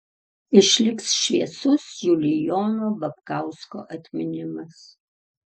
išliks šviesus julijono babkausko atminimas